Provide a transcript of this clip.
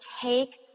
take